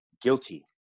guilty